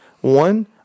One